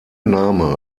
name